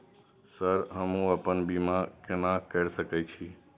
Sir हमू अपना बीमा केना कर सके छी?